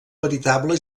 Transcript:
veritable